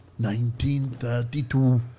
1932